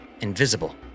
invisible